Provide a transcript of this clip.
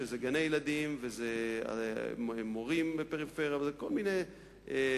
שזה גני-ילדים וזה מורים לפריפריה וזה כל מיני סעיפים,